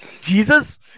Jesus